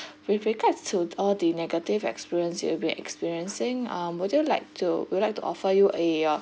with regards to all the negative experience you have been experiencing um would you like to would like to offer you a uh